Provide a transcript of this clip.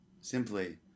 simply